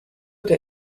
der